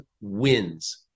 wins